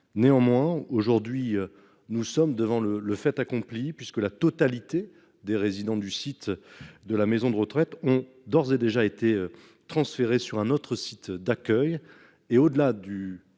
néanmoins, aujourd'hui, nous sommes devant le le fait accompli puisque la totalité des résidents du site de la maison de retraite ont d'ores et déjà été transférés sur un autre site d'accueil et au-delà du